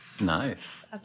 Nice